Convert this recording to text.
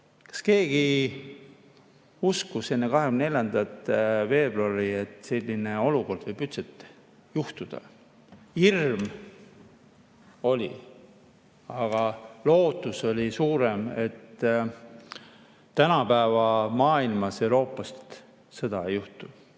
Kas keegi uskus enne 24. veebruari, et selline olukord võib üldse [tekkida]? Hirm oli, aga lootus oli suurem, et tänapäeva maailmas Euroopas sõda ei [puhke].